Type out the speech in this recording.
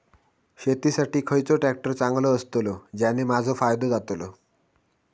शेती साठी खयचो ट्रॅक्टर चांगलो अस्तलो ज्याने माजो फायदो जातलो?